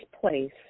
place